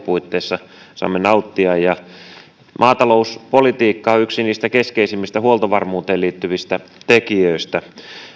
puitteissa saamme nauttia maatalouspolitiikka on yksi niistä keskeisimmistä huoltovarmuuteen liittyvistä tekijöistä